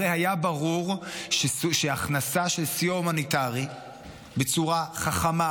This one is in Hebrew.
הרי היה ברור שהכנסה של סיוע הומניטרי בצורה חכמה,